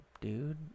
dude